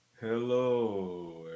Hello